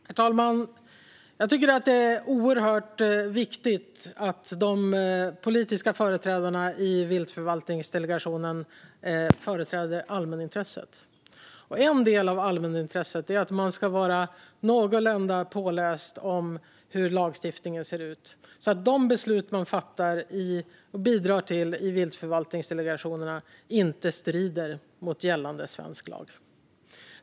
Herr talman! Jag tycker att det är oerhört viktigt att de politiska företrädarna i viltförvaltningsdelegationerna företräder allmänintresset. En del av allmänintresset är att man ska vara någorlunda påläst om hur lagstiftningen ser ut, så att de beslut man bidrar till i viltförvaltningsdelegationerna inte strider mot gällande svensk lag.